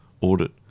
audit